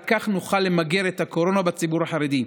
רק כך נוכל למגר את הקורונה בציבור החרדי.